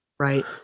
Right